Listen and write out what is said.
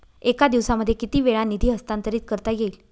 एका दिवसामध्ये किती वेळा निधी हस्तांतरीत करता येईल?